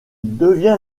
devient